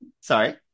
Sorry